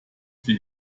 für